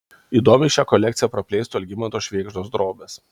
įdomiai šią kolekciją praplėstų algimanto švėgždos drobės